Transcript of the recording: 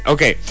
Okay